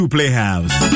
Playhouse